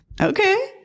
Okay